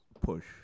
push